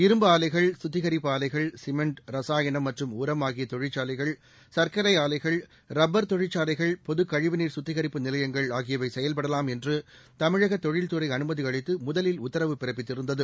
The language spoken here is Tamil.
இரும்பு ஆலைகள் கத்திகிப்பு ஆலைகள் சிமெண்ட் ரசாயனம் மற்றும் உரம் ஆகிய தொழிற்சாலைகள் சா்க்கரை ஆலைகள் ரப்பா் தொழிற்சாலைகள் பொதுக்கழிவுநீா் கத்திகரிப்பு நிலையங்கள் ஆகியவை செயல்படலாம் என்று தமிழக தொழிற்துறை அனுமதி அளித்து முதலில் உத்தரவு பிறப்பித்திருந்தது